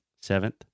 Seventh